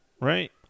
Right